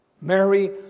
Mary